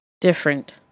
different